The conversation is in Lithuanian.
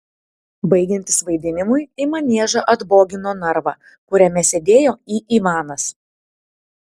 baigiantis vaidinimui į maniežą atbogino narvą kuriame sėdėjo į ivanas